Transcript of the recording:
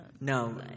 no